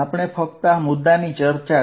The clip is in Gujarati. આપણે ફક્ત આ મુદ્દાની ચર્ચા કરી